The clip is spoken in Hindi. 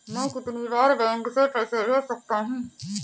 मैं कितनी बार बैंक से पैसे भेज सकता हूँ?